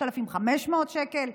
3,500 שקלים.